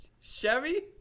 Chevy